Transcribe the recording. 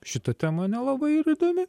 šita tema nelabai ir įdomi